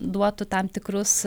duotų tam tikrus